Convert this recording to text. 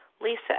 Lisa